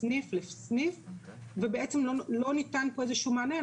מסניף לסניף ובעצם לא ניתן פה איזשהו מענה,